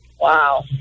Wow